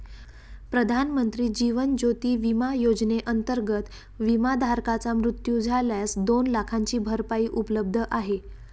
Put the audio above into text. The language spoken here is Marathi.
प्रधानमंत्री जीवन ज्योती विमा योजनेअंतर्गत, विमाधारकाचा मृत्यू झाल्यास दोन लाखांची भरपाई उपलब्ध आहे